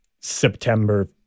September